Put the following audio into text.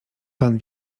pan